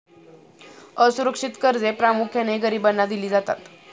असुरक्षित कर्जे प्रामुख्याने गरिबांना दिली जातात